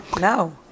No